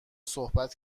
صحبت